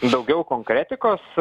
daugiau konkretikos